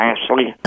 Ashley